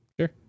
sure